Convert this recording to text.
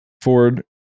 Ford